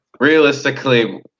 realistically